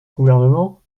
gouvernement